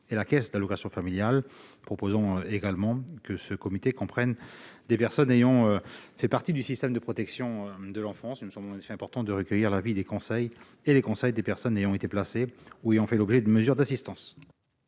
la caisse d'allocations familiales. Nous proposons également que ce comité comprenne des personnes ayant fait partie du système de protection de l'enfance. Il nous semble effectivement important de recueillir l'avis et les conseils des personnes ayant été placées ou ayant fait l'objet de mesures d'assistance.